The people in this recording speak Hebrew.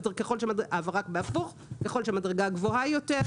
אבל רק בהפוך ככל שהמדרגה גבוהה יותר,